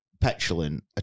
petulant